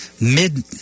mid